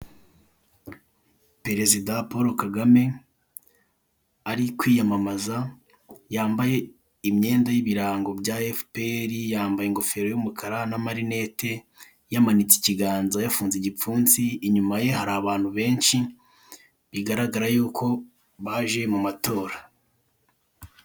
Perezida Polo Kagame ari kwiyamamaza yambaye imyenda y'ibirango bya efuperi yambaye ingofero y'umukara n'amarinete yamanitse ikiganza yafunze igipfunsi inyuma ye abantu benshi bigaragara yuko baje mu matora.